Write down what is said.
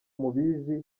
mubizi